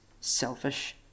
selfish